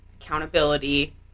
accountability